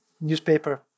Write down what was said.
newspaper